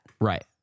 Right